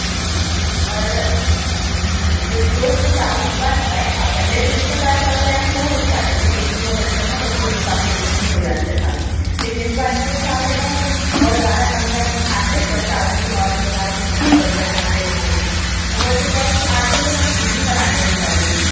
जी और जी जी तो जो हमने चावल इस बार मंगाए पहले तो जितने बार चावल आए हैं बहुत अच्छे आते थे टेस्ट भी बहुत अच्छा था बच्चे भी काफ़ी अच्छा ख़ुश हो जाते थे खा कर लेकिन इस बार के जो चावल हैं ना उनमें बहुत ज़्यादा कंकडर हैं खाने जब चावल उसको नोर्मल बनाओ तो उसमें बहुत कंकडर फँसते हैं बच्चों के ऊपर से क्या है कि आज कल हम इडली बनाते हैं उन चावलों की